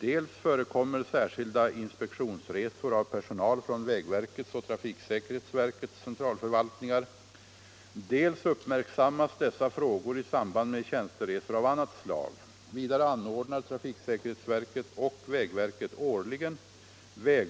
Dels förekommer särskilda inspektionsresor ar, dels uppmärksammas dessa frågor i samband med tjänsteresor av annat slag. Vidare anordnar trafiksäkerhetsverket och vägverket årligen vare